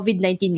COVID-19